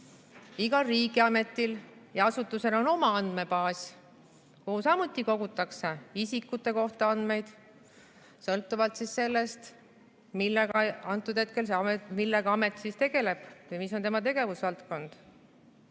Igal riigiametil ja asutusel on oma andmebaas, kuhu samuti kogutakse isikute kohta andmeid sõltuvalt sellest, millega see amet tegeleb või mis on tema tegevusvaldkond.